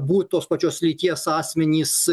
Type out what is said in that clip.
būt tos pačios lyties asmenys